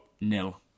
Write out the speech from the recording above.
Nil